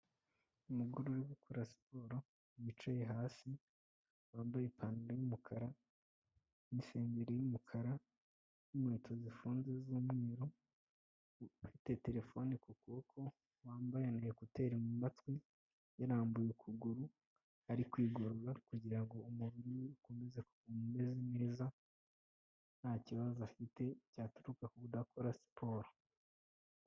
Umugore uri gukora siporo wicaye hasi wambaye ipantaro y'umukara n'isengeri y'umukara n'inkweto zifunze z'umweru afite terefone ku kuboko wambaye na ekuteri mu matwi yarambuye ukuguru ari kwigorora kugirango ngo umubiri ni we ukomeze kumera neza nta kibazo afite cyaturuka ku kudakora siporo.